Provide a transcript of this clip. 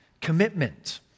commitment